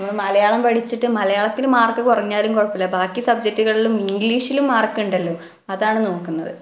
നമ്മള് മലയാളം പഠിച്ചിട്ട് മലയാളത്തിന് മാർക്ക് കുറഞ്ഞാലും കുഴപ്പമില്ല ബാക്കി സബ്ജെക്റ്റുകളിലും ഇംഗ്ലീഷിലും മാർക്കുണ്ടല്ലോ അതാണ് നോക്കുന്നത്